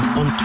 on